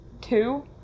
Two